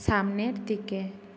সামনের দিকে